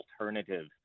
alternative